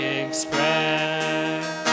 express